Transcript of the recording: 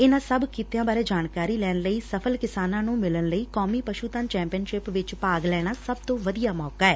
ਇਨੂਾਂ ਸਭ ਕਿੱਤਿਆਂ ਬਾਰੇ ਜਾਣਕਾਰੀ ਲੈਣ ਲਈ ਅਤੇ ਸਫ਼ਲ ਕਿਸਾਨਾਂ ਨੂੰ ਮਿਲਣ ਲਈ ਕੌਮੀ ਪਸ਼ੁਧਨ ਚੈਂਪੀਅਨਸ਼ਿਪ ਵਿੱਚ ਭਾਗ ਲੈਣਾ ਦਾ ਸਭ ਤੋਂ ਵਧੀਆਂ ਮੌਕਾ ਐ